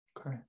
Okay